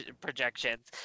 projections